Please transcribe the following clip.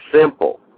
simple